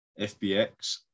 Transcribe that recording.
FBX